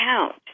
count